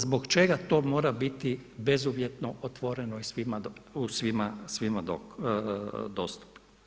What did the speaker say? Zbog čega to mora biti bezuvjetno otvoreno i svima dostupno?